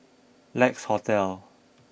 Lex Hotel